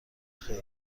خیر